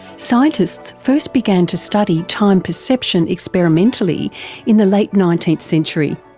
scientists first began to study time perception experimentally in the late nineteenth century.